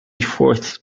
fourth